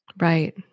Right